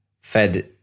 fed